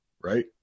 right